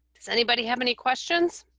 does anybody have any questions.